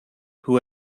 who